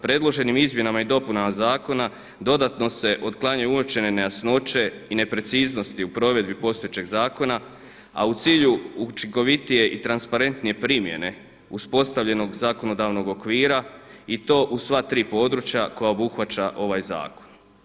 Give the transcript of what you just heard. Predloženim izmjenama i dopunama zakona dodatno se otklanjaju uočene nejasnoće i nepreciznosti u provedbi postojećeg zakona a u cilju učinkovitije i transparentnije primjene uspostavljenog zakonodavnog okvira i to u sva tri područja koja obuhvaća ovaj zakon.